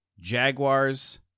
Jaguars